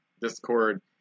discord